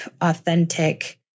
authentic